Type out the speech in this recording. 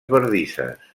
bardisses